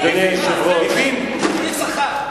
תתבייש לך.